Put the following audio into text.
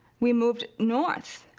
we moved north.